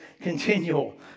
continual